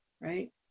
right